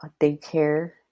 daycare